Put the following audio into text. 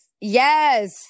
Yes